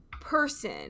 person